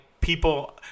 people